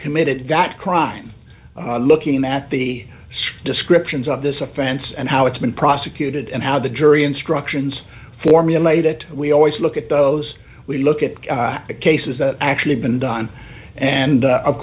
committed that crime looking at the descriptions of this offense and how it's been prosecuted and how the jury instructions formulate it we always look at those we look at the cases that actually been done and of